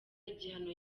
igihano